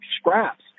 scraps